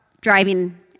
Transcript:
driving